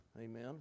Amen